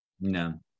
no